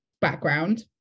background